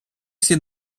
всі